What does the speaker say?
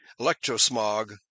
electrosmog